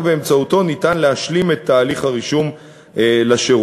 ורק באמצעותו ניתן להשלים את תהליך הרישום לשירות.